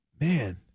Man